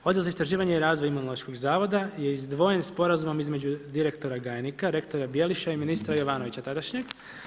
Odjel za istraživanje i razvoj Imunološkog zavoda je izdvojen sporazumom između direktora Gajnika, rektora Bjeliša i ministra Jovanovića tadašnjeg.